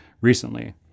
recently